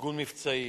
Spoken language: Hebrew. ארגון מבצעי,